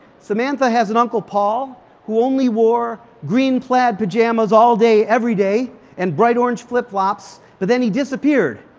samantha has an uncle paul who only wore green plaid pajamas all day everyday and bright orange flip flops. but then he disappeared,